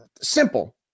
Simple